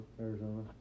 Arizona